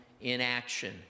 inaction